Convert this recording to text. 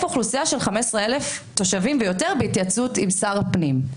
אוכלוסייה של 15,000 תושבים ויותר" ויש התייעצות עם שר הפנים.